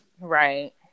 Right